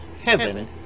heaven